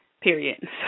period